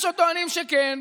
יש הטוענים שכן.